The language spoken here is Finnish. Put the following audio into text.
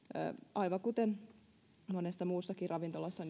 aivan kuten monessa muussakin ravintolassa